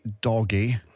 doggy